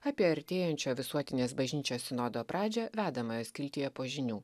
apie artėjančią visuotinės bažnyčios sinodo pradžią vedamojo skiltyje po žinių